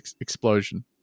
Explosion